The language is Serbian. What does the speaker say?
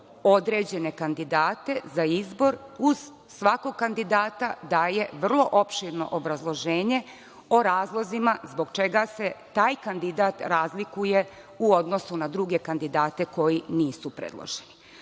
određene kandidate za izbor. Uz svakog kandidata daje vrlo opširno obrazloženje o razlozima zbog čega se taj kandidat razlikuje u odnosu na druge kandidate koji nisu predloženi. Ono